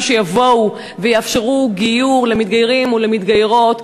שיבואו ויאפשרו גיור למתגיירים ולמתגיירות,